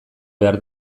behar